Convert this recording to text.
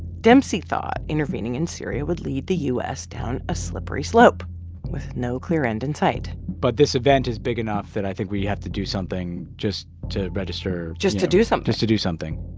dempsey thought intervening in syria would lead the u s. down a slippery slope with no clear end in sight but this event is big enough that i think we have to do something just to register. just to do something just to do something